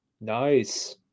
Nice